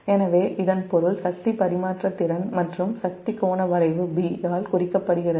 எனவே இதன் பொருள் சக்தி பரிமாற்ற திறன் மற்றும் சக்தி கோண வளைவு'B' ஆல் குறிக்கப்படுகிறது